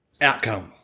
outcome